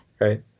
Right